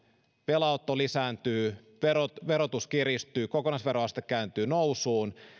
velanotto lisääntyy verotus verotus kiristyy kokonaisveroaste kääntyy nousuun